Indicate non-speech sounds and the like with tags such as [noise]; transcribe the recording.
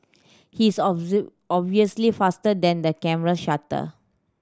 he is [unintelligible] obviously faster than the camera shutter